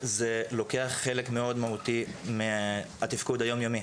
זה לוקח חלק מאוד מהותי מהתפקוד היום-יומי.